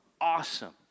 awesome